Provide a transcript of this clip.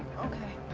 okay.